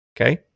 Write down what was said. Okay